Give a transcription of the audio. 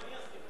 גם אני אסכים.